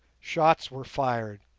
shots were fired,